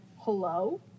Hello